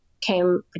came